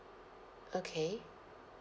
okay